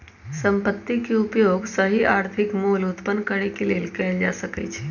संपत्ति के उपयोग सही आर्थिक मोल उत्पन्न करेके लेल कएल जा सकइ छइ